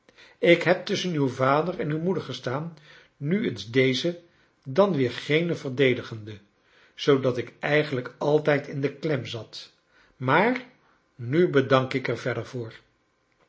ik heb tusschen uw va der en uw rnoeder gestaan nu eens deze dan weer gene verdedigende zoodat ik eigenlijk altijd in de klem zat maar nu bedank ik er verdev